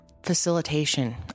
facilitation